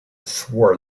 swore